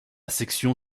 section